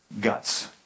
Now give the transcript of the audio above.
guts